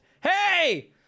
hey